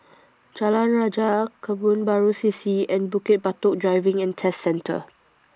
Jalan Rajah Kebun Baru C C and Bukit Batok Driving and Test Centre